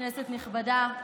כנסת נכבדה,